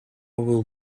will